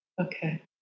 Okay